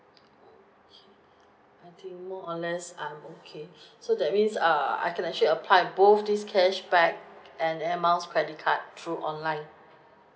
okay I think more or less I'm okay so that means err I can actually apply both this cashback and air miles credit card through online